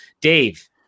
Dave